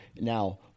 Now